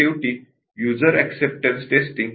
शेवटी user acceptance testing